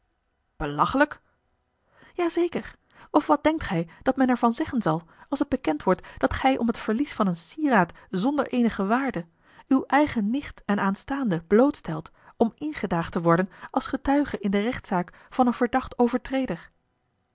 ja zeker of wat denkt gij dat men er van zeggen zal als het bekend wordt dat gij om het verlies van een sieraad zonder eenige waarde uw eigen nicht en aanstaande blootstelt om ingedaagd te worden als getuige in de rechtzaak van een verdacht overtreder